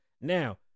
Now